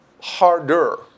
harder